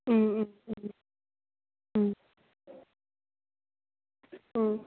ꯎꯝ ꯎꯝ ꯎꯝ ꯎꯝ ꯎꯝ